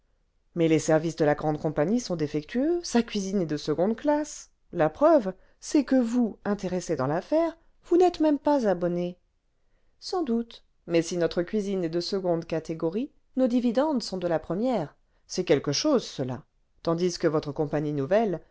mais les services de la grande compagnie sont défectueux sa cuisine est de seconde classe la preuve c'est que vous intéressé dans l'affaire vous n'êtes même pas abonné sans doute mais si notre cuisine est de seconde catégorie nos dividendes sont de la première c'est quelque chose cela tandis que votre compagnie nouvelle